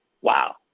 wow